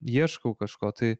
ieškau kažko tai